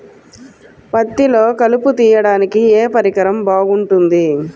పత్తిలో కలుపు తీయడానికి ఏ పరికరం బాగుంటుంది?